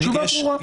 תשובה ברורה.